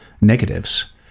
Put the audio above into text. negatives